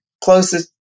closest